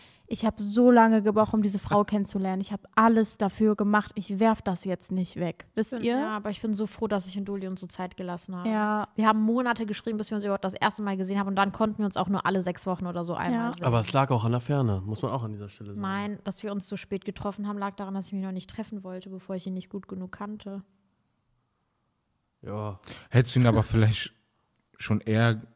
Ich hab so lange gebraucht, um diese Frau kennenzulernen. Ich hab alles dafür gemacht. Ich werf das jetzt nicht weg. Wisst Ja, ihr? aber ich bin so froh, dass ich und Uli uns so Zeit gelassen haben. Ja. Wir haben Monate geschrieben, bis wir uns überhaupt das erste Mal gesehen haben und dann konnten wir uns auch nur alle sechs Wochen oder so einmal Ja. sehen. Aber es lag auch an der Ferne, muss man auch an dieser Stelle sagen. Nein, dass wir uns so spät getroffen haben, lag daran, dass ich mich noch nicht treffen wollte, bevor ich ihn nicht gut genug kannte. Ja. Hättest du ihn aber vielleicht schon eher